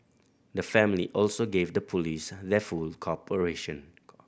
the family also give the police their full cooperation